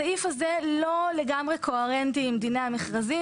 הסעיף הזה לא לגמרי קוהרנטי עם דיני המכרזים